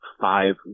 Five